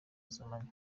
z’amanywa